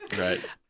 Right